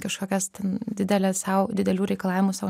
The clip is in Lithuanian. kažkokias ten didelę sau didelių reikalavimų sau